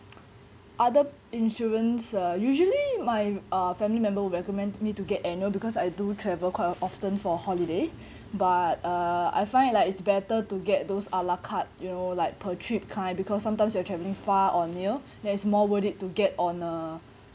other insurance uh usually my uh family member would recommend me to get annual because I do travel quite often for holiday but uh I find it like it's better to get those a-la-carte you know like per trip kind because sometimes you are travelling far or near there is more worth it to get on a